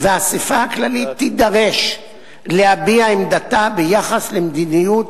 והאספה הכללית תידרש להביע עמדתה ביחס למדיניות